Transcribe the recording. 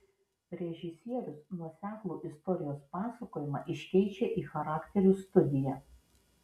režisierius nuoseklų istorijos pasakojimą iškeičia į charakterių studiją